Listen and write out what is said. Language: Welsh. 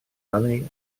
rannu